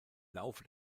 laufe